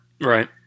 Right